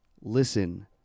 Listen